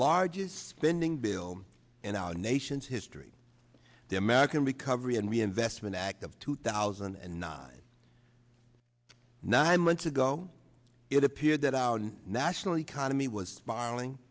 largest spending bill and our nation's history the american recovery and reinvestment act of two thousand and nine nine months ago it appeared that our national economy was spiraling